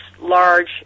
large